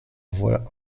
voix